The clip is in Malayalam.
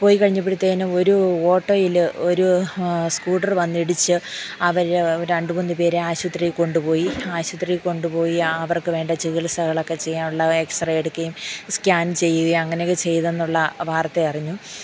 പോയി കഴിഞ്ഞുപ്പത്തേക്കും ഒരു ഓട്ടോയിൽ ഒരു സ്കൂട്ടർ വന്നിടിച്ചു അവർ രണ്ട് മൂന്ന് പേര് ആശുപത്രിയിൽ കൊണ്ടുപോയി ആശുപത്രിക്ക് കൊണ്ടുപോയി അവർക്ക് വേണ്ട ചികിത്സകളൊക്കെ ചെയ്യാാനുള്ള എക്സറേ എടുക്കുകയും സ്കൻ ചെയ്യുകയും അങ്ങനെയൊക്കെ ചെയ്തെന്നുള്ള വാർത്ത അറിഞ്ഞു